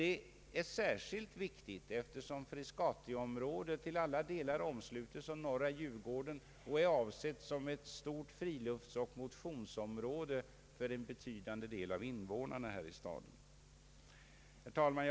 Detta är särskilt viktigt, eftersom Frescatiområdet helt omslutes av norra Djurgården och är avsett som ett stort friluftsoch motionsområde för en betydande del av invånarna här i staden. Herr talman!